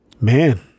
man